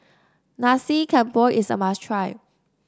Nasi Campur is a must try